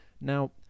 Now